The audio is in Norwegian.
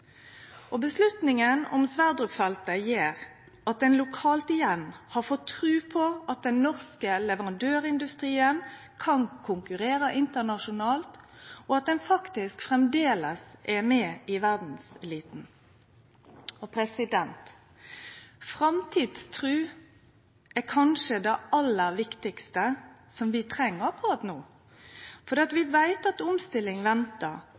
niande. Vedtaket om Johan Sverdrup-feltet gjer at ein lokalt igjen har fått trua på at den norske leverandørindustrien kan konkurrere internasjonalt, og at han faktisk framleis er med i verdseliten. Framtidstru er kanskje det aller viktigaste vi treng akkurat no. Vi veit at omstilling ventar,